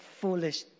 foolish